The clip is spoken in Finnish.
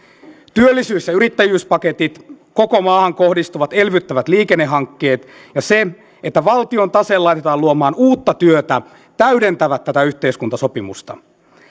työllisyys ja yrittäjyyspaketit koko maahan kohdistuvat elvyttävät liikennehankkeet ja se että valtion tase laitetaan luomaan uutta työtä täydentävät tätä yhteiskuntasopimusta